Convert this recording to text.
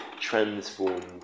transformed